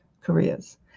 careers